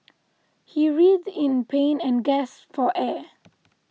he writhed in pain and gasped for air